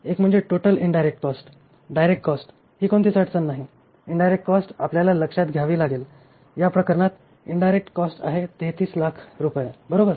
एक म्हणजे total indirect cost direct cost ही कोणतीही अडचण नाही इनडायरेक्ट कॉस्ट आपल्याला लक्षात घ्यावी लागेल या प्रकरणात इनडायरेक्ट कॉस्ट आहे 3300000 बरोबर